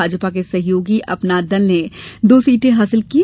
भाजपा के सहयोगी अपना दल ने दो सीटें हासिल की हैं